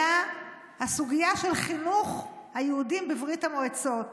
הסוגיה של חינוך היהודים בברית המועצות,